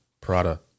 Prada